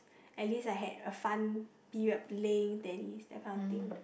at least I had a fun period of play then that kind of thing